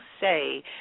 say